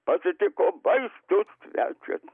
pasitiko baistūs svečias